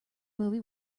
movie